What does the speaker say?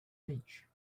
beach